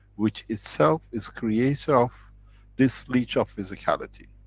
which itself is creator of this leech of physicality.